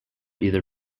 either